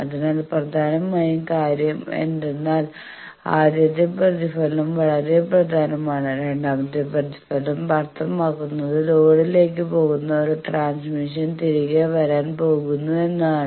അതിനാൽ പ്രധാനമായ കാര്യം എന്തെന്നാൽ ആദ്യത്തെ പ്രതിഫലനം വളരെ പ്രധാനമാണ് രണ്ടാമത്തെ പ്രതിഫലനം അർത്ഥമാക്കുന്നത് ലോഡിലേക്ക് പോകുന്ന ഒരു ട്രാൻസ്മിഷൻ തിരികെ വരാൻ പോകുന്നു എന്നാണ്